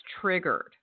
triggered